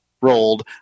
rolled